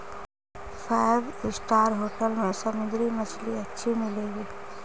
five star hotel में समुद्री मछली अच्छी मिलेंगी